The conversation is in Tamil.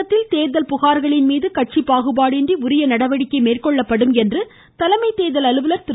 தமிழகத்தில் தோதல் புகார்களின் மீது கட்சி பாகுபாடின்றி உரிய நடவடிக்கை மேற்கொள்ளப்படும் என்று தலைமை தேர்தல் அலுவலர் திரு